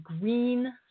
green